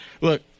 look